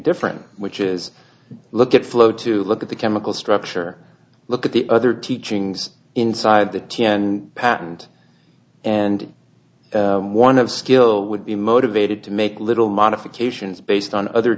different which is look at flow to look at the chemical structure look at the other teachings inside the team and patent and one of skill would be motivated to make little modifications based on other